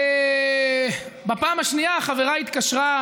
בפעם השנייה החברה התקשרה,